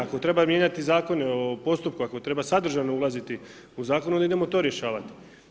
Ako treba mijenjati zakone o postupku, ako treba sadržajno ulaziti u zakon, onda idemo to rješavati.